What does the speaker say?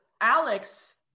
Alex